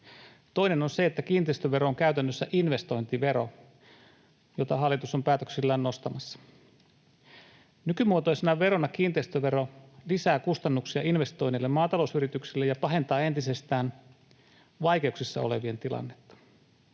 Toinen on se, että kiinteistövero on käytännössä investointivero, jota hallitus on päätöksillään nostamassa. Nykymuotoisena verona kiinteistövero lisää investoineille maatalousyrityksille kustannuksia ja pahentaa entisestään vaikeuksissa olevien tilannetta.